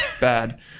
bad